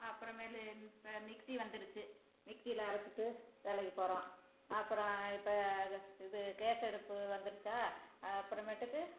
அப்புறமேலு இப்போ மிக்ஸி வந்துடுச்சு மிக்ஸியில அரைச்சிட்டு வேலைக்கு போகறோம் அப்புறம் இப்போ இது இது கேஸ் அடுப்பு வந்துடுச்சா அப்புறமேட்டுக்கு